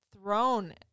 thrown